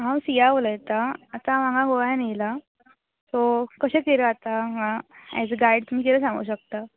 हांव सीया उलयतां आतां हांव हांगा गोंयान येयलां सो कशें कितें आतां हांगा एज अ गायड तुमी कितें सांगूं शकता